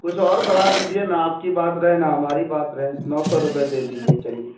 کچھ اور بڑھا دیجیے نا آپ کی بات رہے نا ہماری بات رہے نو سو روپے دے دجیئے چلیے